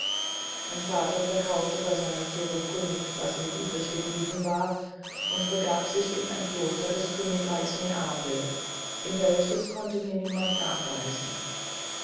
mein vater verkaufte bey seiner zurückkunft was ihm übrig geblieben war und begab sich in ein kloster des königreichs neapel in welches konnte mir niemand nachweisen